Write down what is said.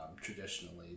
traditionally